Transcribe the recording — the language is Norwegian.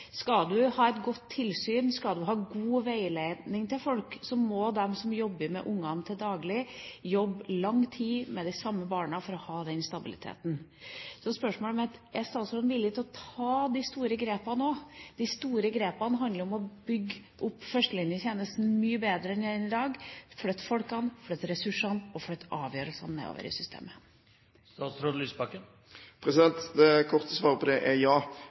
Skal man ha et godt tilsyn, skal man gi god veiledning til folk, må de som jobber med ungene til daglig, jobbe i lang tid med de samme barna for å ha den stabiliteten. Spørsmålet mitt er: Er statsråden villig til å ta de store grepene også? De store grepene handler om å bygge opp førstelinjetjenesten til å bli mye bedre enn den er i dag, ved å flytte folkene, ressursene og avgjørelsene nedover i systemet. Det korte svaret på det er ja.